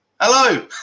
Hello